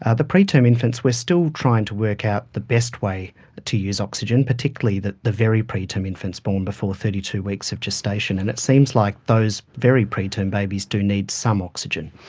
ah the preterm infants we are still trying to work out the best way to use oxygen, particularly the the very preterm infants born before thirty two weeks of gestation. and it seems like those very preterm babies do need some oxygen.